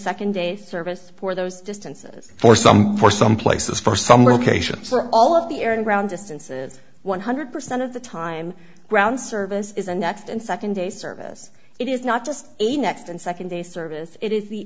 second day service for those distances for some for some places for some work a ship for all of the air and ground distances one hundred percent of the time ground service is a next and second day service it is not just a next and second day service it is the